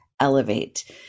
elevate